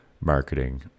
marketing